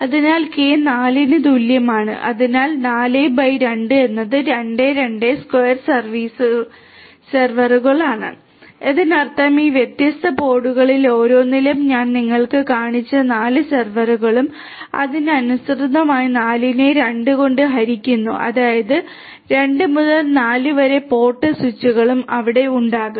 അതിനാൽ k 4 ന് തുല്യമാണ് അതിനാൽ 4 by 2 എന്നത് 2 2 സ്ക്വയർ സെർവറുകളാണ് ഇതിനർത്ഥം ഈ വ്യത്യസ്ത പോഡുകളിൽ ഓരോന്നിലും ഞാൻ നിങ്ങൾക്ക് കാണിച്ച 4 സെർവറുകളും അതിനനുസൃതമായി 4 നെ 2 കൊണ്ട് ഹരിക്കുന്നു അതായത് 2 മുതൽ 4 വരെ പോർട്ട് സ്വിച്ചുകൾ അവിടെ ഉണ്ടാകും